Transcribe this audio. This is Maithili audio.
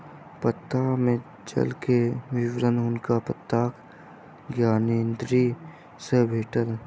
पत्ता में जल के विवरण हुनका पत्ता ज्ञानेंद्री सॅ भेटल